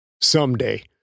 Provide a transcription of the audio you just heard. Someday